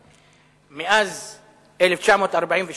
מה פירוש בניית יישובים ערביים?